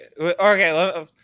Okay